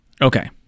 Okay